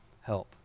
help